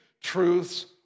truths